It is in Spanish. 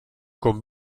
con